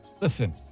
Listen